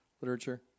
literature